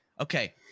okay